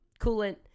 coolant